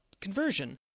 conversion